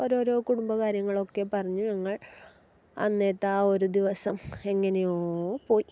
ഓരോരോ കുടുംബകാര്യങ്ങളൊക്കെ പറഞ്ഞ് ഞങ്ങൾ അന്നത്തെ ആ ഒരു ദിവസം എങ്ങനെയോ പോയി